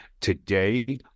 Today